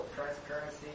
transparency